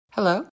Hello